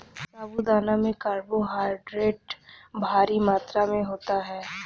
साबूदाना में कार्बोहायड्रेट भारी मात्रा में होता है